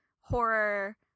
horror